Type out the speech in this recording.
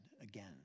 again